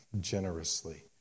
generously